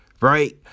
Right